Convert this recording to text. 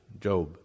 Job